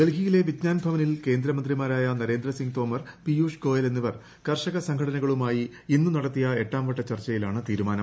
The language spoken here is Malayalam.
ഡൽഹിയിലെ വിജ്ഞാൻ ഭവനിൽ കേന്ദ്രമന്ത്രിമാരായ നരേന്ദ്ര സിങ് തോമർ പീയുഷ് ഗോയൽ എന്നിവർ കർഷക സംഘടനകളുമായി ഇന്ന് നടത്തിയ എട്ടാംവട്ട ചർച്ചയിലാണ് തീരുമാനം